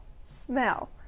smell